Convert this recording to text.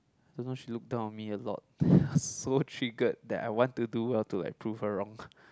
I know she look down on me a lot I was so triggered that I want to do well to like prove her wrong